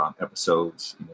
episodes